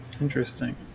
Interesting